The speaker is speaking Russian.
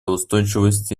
устойчивости